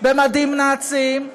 במדים נאציים,